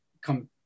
come